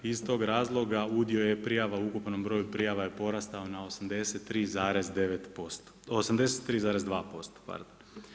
I iz tog razloga udio je prijava u ukupnom broju prijava je porastao na 83,9%, 83,2%, pardon.